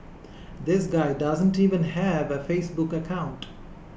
this guy does not even have a Facebook account